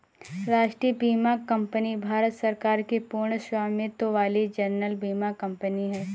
राष्ट्रीय बीमा कंपनी भारत सरकार की पूर्ण स्वामित्व वाली जनरल बीमा कंपनी है